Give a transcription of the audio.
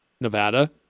Nevada